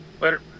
Later